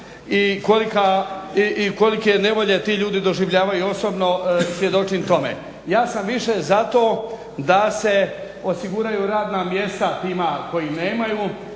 i kolike nevolje ti ljudi doživljavaju osobno svjedočim tome. Ja sam više za to da se osiguraju radna mjesta tima koji nemaju,